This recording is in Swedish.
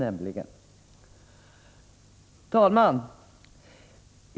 Herr talman!